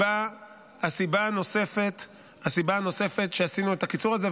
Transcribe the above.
הסיבה הנוספת לכך שעשינו את הקיצור הזה,